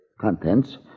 contents